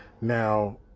Now